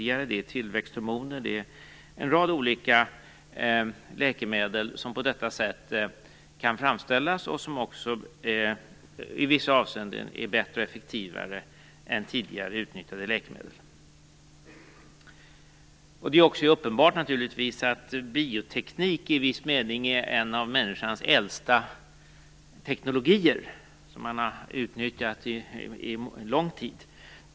Andra exempel är tillväxthormoner och en rad olika läkemedel som på detta sätt kan framställas och som också i vissa avseenden är bättre och effektivare än tidigare utnyttjade läkemedel. Det är naturligtvis också uppenbart att bioteknik i viss mening är en av människans äldsta teknologier som man har utnyttjat under lång tid.